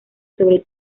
sobre